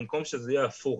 במקום שזה יהיה הפוך,